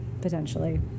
potentially